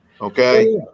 Okay